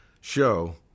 show